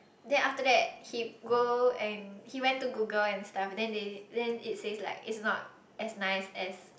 then after that he go and he went to Google and stuff then they then it says like it's not as nice as